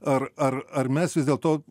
ar ar ar mes vis dėlto